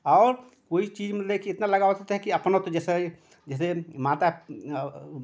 और कोई चीज़ मतलब कि इतना लगाओ कि अपनत्व जैसा जैसे माता